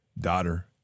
daughter